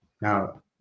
Now